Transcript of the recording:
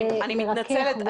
אני מתנצלת.